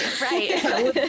right